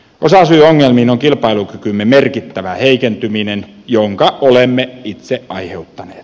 osasyy ongelmiin on kilpailukykymme merkittävä heikentyminen jonka olemme itse aiheuttaneet